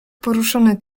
poruszony